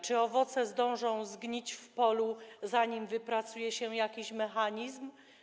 Czy owoce zdążą zgnić w polu, zanim wypracuje się jakiś mechanizm?